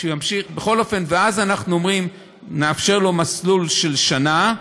ואז אומרים: נאפשר לו מסלול של שנה,